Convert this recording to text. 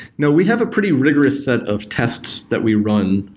no. we have a pretty rigorous set of tests that we run.